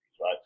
right